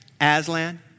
Aslan